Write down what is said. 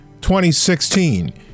2016